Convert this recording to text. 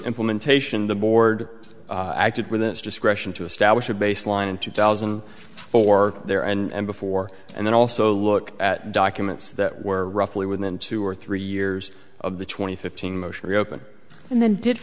implementation the board acted within its discretion to establish a baseline in two thousand and four there and before and then also look at documents that were roughly within two or three years of the twenty fifteen most reopen and they did